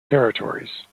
territories